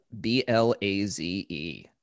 B-L-A-Z-E